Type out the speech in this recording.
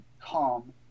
calm